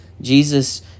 Jesus